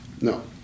No